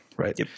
Right